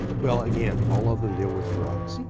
well, again, all of them deal with drugs.